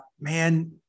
man